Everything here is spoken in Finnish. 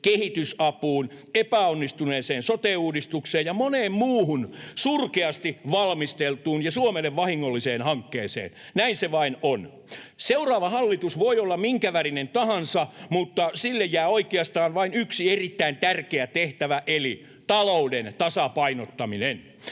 kehitysapuun, epäonnistuneeseen sote-uudistukseen ja moneen muuhun surkeasti valmisteltuun ja Suomelle vahingolliseen hankkeeseen. Näin se vain on. Seuraava hallitus voi olla minkä värinen tahansa, mutta sille jää oikeastaan vain yksi erittäin tärkeä tehtävä, eli talouden tasapainottaminen.